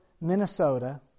Minnesota